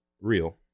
real